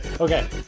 Okay